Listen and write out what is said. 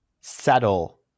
settle